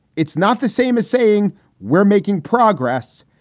it's not the same as saying we're making progress,